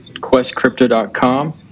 questcrypto.com